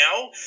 now